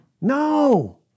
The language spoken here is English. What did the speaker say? No